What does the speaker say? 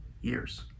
years